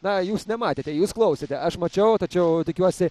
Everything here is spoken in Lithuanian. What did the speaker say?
na jūs nematėte jūs klausėte aš mačiau tačiau tikiuosi